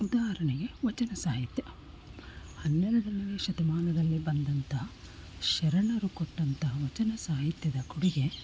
ಉದಾಹರಣೆಗೆ ವಚನ ಸಾಹಿತ್ಯ ಹನ್ನೆರಡನೆ ಶತಮಾನದಲ್ಲಿ ಬಂದಂತಹ ಶರಣರು ಕೊಟ್ಟಂತಹ ವಚನ ಸಾಹಿತ್ಯದ ಕೊಡುಗೆ